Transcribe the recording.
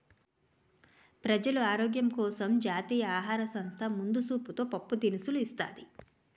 ప్రజలు ఆరోగ్యం కోసం జాతీయ ఆహార సంస్థ ముందు సూపుతో పప్పు దినుసులు ఇస్తాది